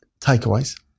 takeaways